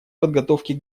подготовке